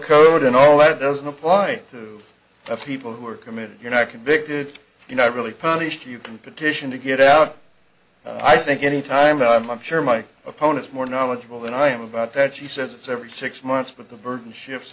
code and all that doesn't apply to the people who are committing you're not convicted you're not really punished you can petition to get out i think any time i'm sure my opponents more knowledgeable than i am about that she says it's every six months but the burden shift